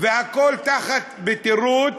והכול בתירוץ,